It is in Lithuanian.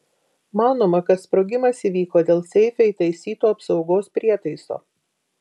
manoma kad sprogimas įvyko dėl seife įtaisyto apsaugos prietaiso